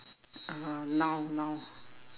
uh noun noun